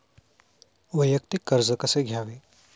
वैयक्तिक कर्ज कसे घ्यावे?